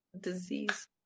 Disease